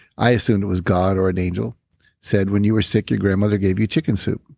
i assumed it was god or an angel said, when you were sick your grandmother gave you chicken soup.